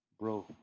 Bro